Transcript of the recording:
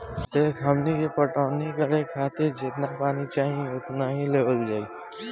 देखऽ हमनी के पटवनी करे खातिर जेतना पानी चाही ओतने लेवल जाई